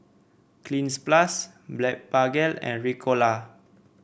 Cleanz Plus Blephagel and Ricola